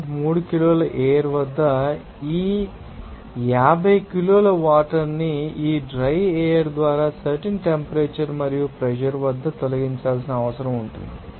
3 కిలోల ఎయిర్ వద్ద ఈ 50 కిలోల వాటర్ ని ఈ డ్రై ఎయిర్ ద్వారా సర్టెన్ టెంపరేచర్ మరియు ప్రెషర్ వద్ద తొలగించాల్సిన అవసరం ఉంది